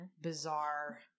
bizarre